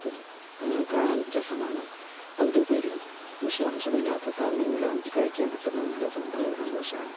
അതും കാണാൻ രസമാണ് അതിൽ ഉപരി വിഷാംശമില്ലാത്ത സാധനങ്ങൾ നമുക്ക് കഴിക്കാൻ കിട്ടുന്നു എന്നുള്ളതും വളരെ സന്തോഷമാണ്